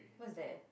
what's that